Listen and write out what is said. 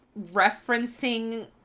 referencing